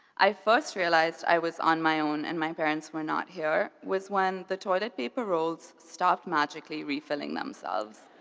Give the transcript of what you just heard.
i first realized i was on my own and my parents were not here was when the toilet paper rolls stopped magically refilling themselves.